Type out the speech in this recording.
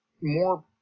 more